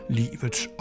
livets